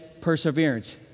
Perseverance